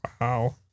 Wow